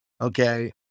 Okay